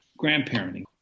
grandparenting